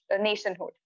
nationhood